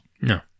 No